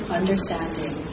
understanding